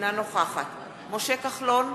אינה נוכחת משה כחלון,